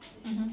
mmhmm